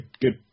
good